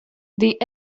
die